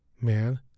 man